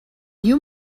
you